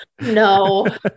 no